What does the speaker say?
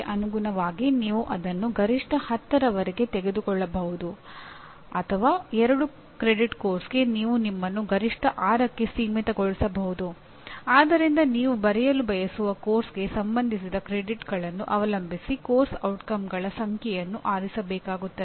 ಇದರರ್ಥ ನೀವು ಶಾಲೆ ಅಥವಾ ಕಾಲೇಜನ್ನು ಪ್ರವೇಶಿಸಿದಾಗ ಅಥವಾ ನಿರ್ದಿಷ್ಟ ಪ್ರೋಗ್ರಾಂಗೆ ಪ್ರವೇಶಿಸಿದಾಗ ಪ್ರೋಗ್ರಾಂ ಅನ್ನು ವಿನ್ಯಾಸಗೊಳಿಸಿದವರು ಕಲಿಯುವವರು ಇದೇ ವಿಷಯಗಳನ್ನು ಕಲಿಯಬೇಕು ಎಂದು ಹೇಳುತ್ತಾರೆ